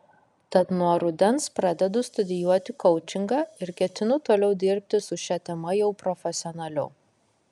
tad nuo rudens pradedu studijuoti koučingą ir ketinu toliau dirbti su šia tema jau profesionaliau